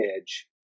edge